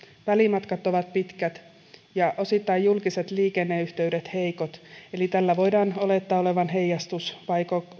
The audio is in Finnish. välimatkat ovat pitkät ja osittain julkiset liikenneyhteydet heikot eli tällä esityksellä voidaan olettaa olevan myös heijastusvaikutuksia